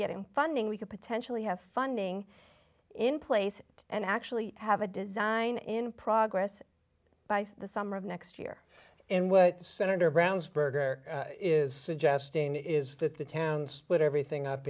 getting funding we could potentially have funding in place and actually have a design in progress by the summer of next year and what senator brownsburg is suggesting is that the town split everything up